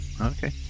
Okay